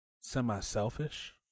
semi-selfish